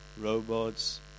robots